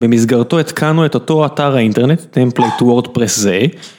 במסגרתו התקנו את אותו אתר האינטרנט טמפלי טווארד פרס זה